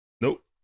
Nope